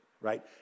right